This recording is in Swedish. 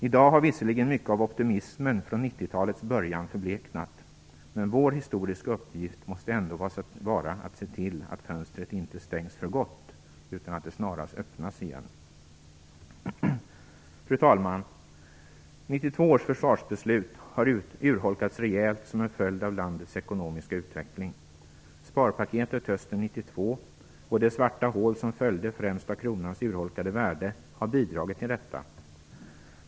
I dag har visserligen mycket av optimismen från 90 talets början förbleknat, men vår historiska uppgift måste ändå vara att se till att fönstret inte stängs för gott, utan att det snarast öppnas igen. Fru talman! 1992 års försvarsbeslut har urholkats rejält som en följd av landets ekonomiska utveckling. Sparpaketet hösten 1992 och det svarta hål som följde främst av kronans urholkade värde har bidragit till detta.